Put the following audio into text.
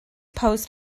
post